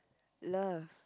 love